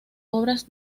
obras